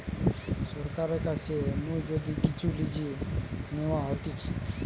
সরকারের কাছ নু যদি কিচু লিজে নেওয়া হতিছে